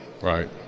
right